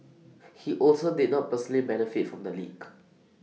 he also did not personally benefit from the leak